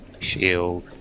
shield